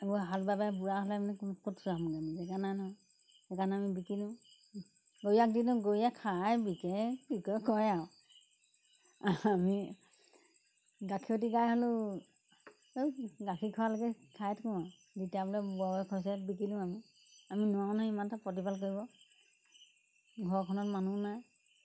গৰুৱে হাল বাই বাই বুঢ়া হ'লে মানে আমি কোন ক'ত চৰামগৈনো আমি জেগা নাই নহয় সেইকাৰণে আমি বিকি দিওঁ গৰীয়াক দি দিওঁ গৰীয়াই খাই বিকে যি কৰে কৰে আৰু আমি গাখীৰতী গাই হ'লেও গাখীৰ খোৱালৈকে খাই থাকোঁ আৰু যেতিয়া বোলে বয়স হৈছে বিকি দিওঁ আমি আমি নোৱাৰোঁ নহয় ইমান তাক প্ৰতিপাল কৰিব ঘৰখনত মানুহ নাই